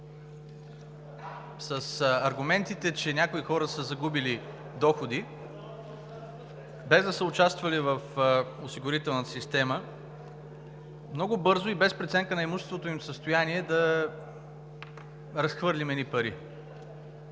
с аргументите, че някои хора са загубили доходи, без да са участвали в осигурителната система, много бързо и без преценка на имущественото им състояние да разхвърлим едни пари?